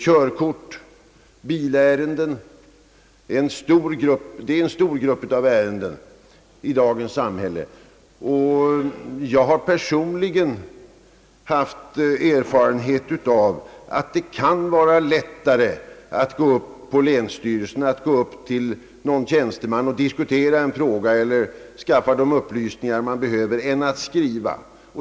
Körkortsoch bilärenden är en stor grupp av ärenden i dagens samhälle, och jag har personligen haft erfarenhet av att det kan vara lättare att gå upp på länsstyrelsen och tala med någon tjänsteman och diskutera en fråga eller skaffa de upplysningar man behöver än att skriva.